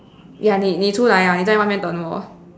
ya 你你出来啊你在外面等我